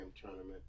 tournament